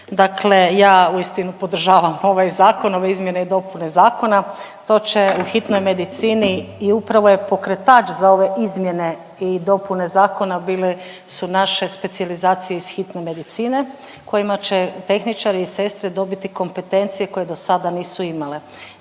dakle ja uistinu podržavam ovaj zakon, ove izmjene i dopune zakona. To će u hitnoj medicini i upravo je pokretač za ove izmjene i dopune zakona bile su naše specijalizacije iz hitne medicine kojima će tehničari i sestre dobiti kompetencije koje do sada nisu imale.